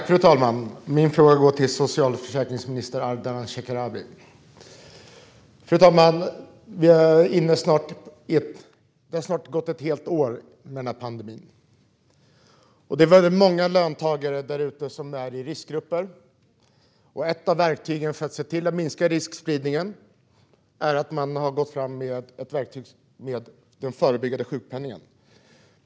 Fru talman! Min fråga går till socialförsäkringsminister Ardalan Shekarabi. Fru talman! Det har snart gått ett helt år sedan pandemin startade. Det är väldigt många löntagare där ute som ingår i riskgrupper, och ett av verktygen för att minska smittspridningen är den förebyggande sjukpenningen.